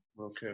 okay